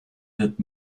wird